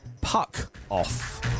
puck-off